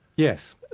yes.